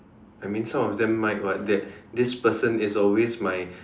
I mean some of them might [what] that this person is always my